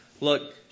look